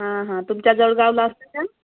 हां हां तुमच्या जळगावला असतं का